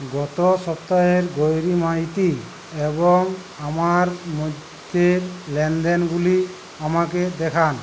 গত সপ্তাহের গৌরী মাইতি এবং আমার মধ্যের লেনদেনগুলি আমাকে দেখান